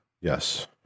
Yes